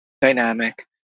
dynamic